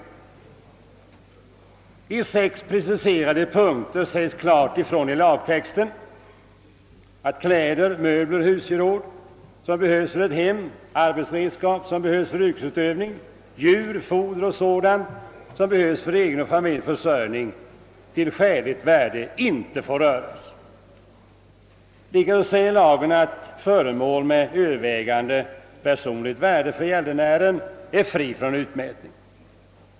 I en rad preciserade punkter sägs i lagtexten klart ifrån, att kläder, möbler och husgeråd som behövs för ett hem, arbetsredskap för yrkesutövning, djur, foder och sådant som behövs för egen och familjens försörjning, till skäligt värde inte får röras. Lagen säger även att föremål med övervägande personligt värde för gäldenären är fria från utmätning.